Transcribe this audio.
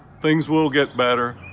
things will get better.